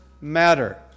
matter